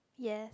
yes